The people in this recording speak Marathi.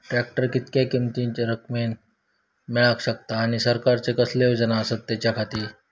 ट्रॅक्टर कितक्या किमती मरेन मेळाक शकता आनी सरकारचे कसले योजना आसत त्याच्याखाती?